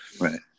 right